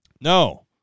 No